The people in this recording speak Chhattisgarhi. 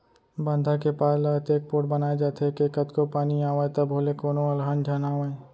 बांधा के पार ल अतेक पोठ बनाए जाथे के कतको पानी आवय तभो ले कोनो अलहन झन आवय